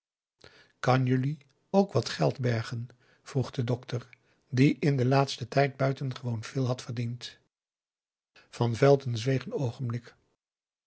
kan jelui ook wat geld bergen vroeg de dokter die in den laatsten tijd buitengewoon veel had verdiend van velton zweeg een oogenblik